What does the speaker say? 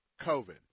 COVID